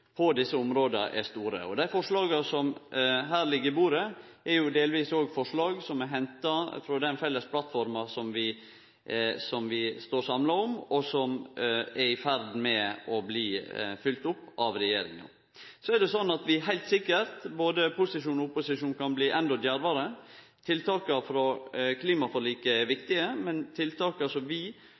på desse områda er stor. Forslaga som ligg på bordet, er delvis òg forslag som er henta frå den felles plattforma som vi står samla om, og som vi er i ferd med å bli fylt opp av regjeringa. Vi kan heilt sikkert, både posisjon og opposisjon, bli endå djervare. Tiltaka frå klimaforliket er viktige, men tiltaka som vi og andre nasjonar per i dag set inn, er ikkje i samsvar med dei utfordringane vi